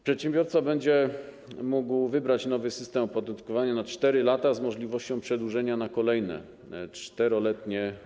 Przedsiębiorca będzie mógł wybrać nowy system opodatkowania na 4 lata z możliwością przedłużenia na kolejne okresy 4-letnie.